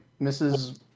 mrs